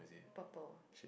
purple